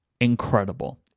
incredible